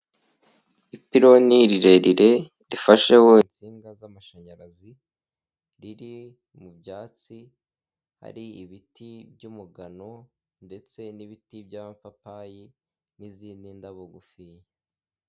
Ipiloni rirerire rifasheho insinga z'amashanyarazi riri mu byatsi, hari ibiti by'umugano ndetse n'ibiti by'amapapayi n'izindi ndabo ngufiya.